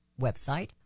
website